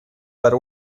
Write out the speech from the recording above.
para